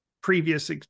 previous